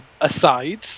aside